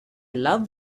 love